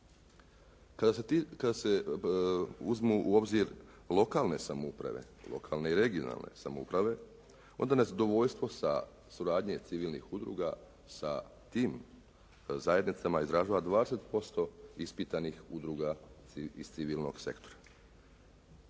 lokalne samouprave, lokalne i regionalne samouprave, onda nezadovoljstvo sa suradnje civilnih udruga sa tim zajednicama izrazila 20% ispitanih udruga iz civilnog sektora.